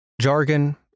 Jargon